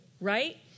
right